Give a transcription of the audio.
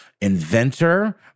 inventor